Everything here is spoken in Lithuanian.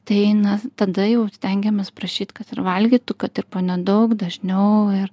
tai na tada jau stengiamės prašyt kad ir valgytų kad ir po nedaug dažniau ir